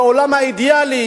בעולם אידיאלי